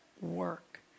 work